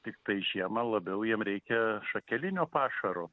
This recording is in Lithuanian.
tiktai žiemą labiau jiem reikia šakelinio pašaro